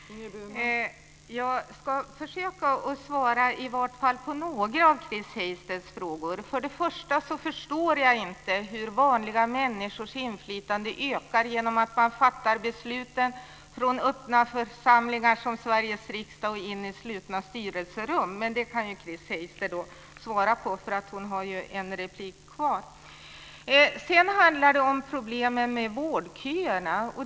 Fru talman! Jag ska försöka svara på i varje fall några av Chris Heisters frågor. För det första förstår jag inte hur vanliga människors inflytande kan öka genom att man flyttar besluten från öppna församlingar som Sveriges riksdag in i slutna styrelserum. Men det kan ju Chris Heister svara på, för hon har en replik kvar. Sedan handlar det om problemen med vårdköerna.